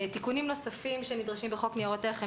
תיקונים נוספים שנדרשים בחוק ניירות ערך הם